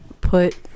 put